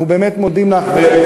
אנחנו באמת מודים לך.